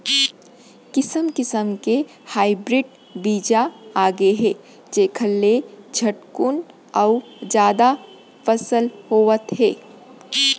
किसम किसम के हाइब्रिड बीजा आगे हे जेखर ले झटकुन अउ जादा फसल होवत हे